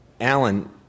Alan